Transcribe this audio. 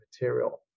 material